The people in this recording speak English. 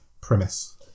premise